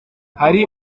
hari